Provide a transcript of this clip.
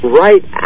right